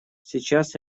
сейчас